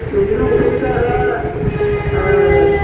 मैद्रु ओंख्रिखौ आरो